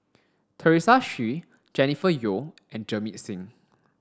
Teresa Hsu Jennifer Yeo and Jamit Singh